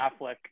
Affleck